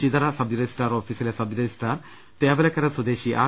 Chithara sub registrar ഓഫീസിലെ sub registrar Thevalakkara സ്വദേശി R